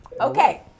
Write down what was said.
Okay